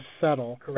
settle